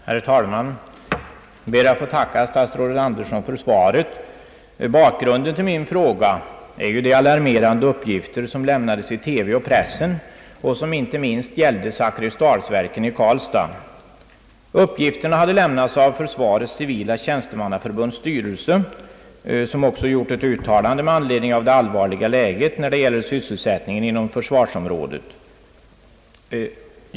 Herr talman! Jag ber att få tacka statsrådet Andersson för svaret. Bak grunden till min fråga är de alarmerande uppgifter som lämnades i TV och pressen och som inte minst gällde Zakrisdalsverken i Karlstad. Uppgifterna hade lämnats av Försvarets civila tjänstemannaförbunds = styrelse som också gjort ett uttalande med anledning av det allvarliga läget när det gäller sysselsättningen inom hela försvarsområdet.